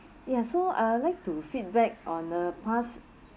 ya so I'd like to feedback on a past